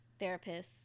therapists